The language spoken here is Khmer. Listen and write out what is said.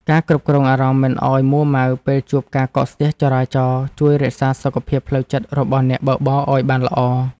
ការគ្រប់គ្រងអារម្មណ៍មិនឱ្យមួរម៉ៅពេលជួបការកកស្ទះចរាចរណ៍ជួយរក្សាសុខភាពផ្លូវចិត្តរបស់អ្នកបើកបរឱ្យបានល្អ។